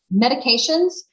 Medications